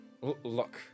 Look